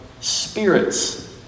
Spirits